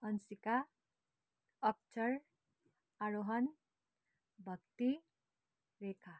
आसिका अक्षर आरोहण भक्ति रेखा